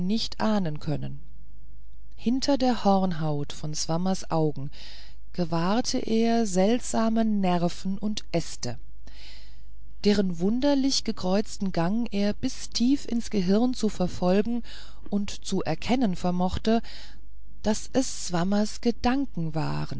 nicht ahnen können hinter der hornhaut von swammers augen gewahrte er seltsame nerven und äste deren wunderlich verkreuzten gang er bis tief ins gehirn zu verfolgen und zu erkennen vermochte daß es swammers gedanken waren